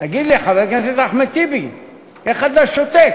תגיד לי, חבר הכנסת אחמד טיבי, איך אתה שותק?